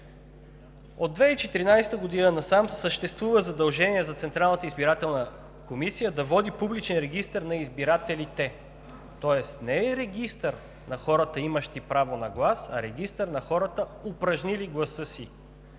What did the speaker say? от 2014 г. насам съществува задължение за Централната избирателна комисия да води Публичен регистър на избирателите. Тоест не регистър на хората, имащи право на глас, а регистър на хората, упражнили гласа си.